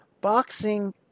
boxing